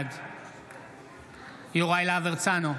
בעד יוראי להב הרצנו,